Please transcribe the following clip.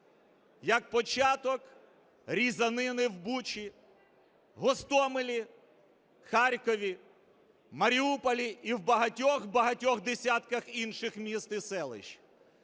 як початок різанини в Бучі, Гостомелі, Харкові, Маріуполі і в багатьох-багатьох десятках інших міст і селищ.